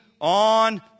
on